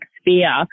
sphere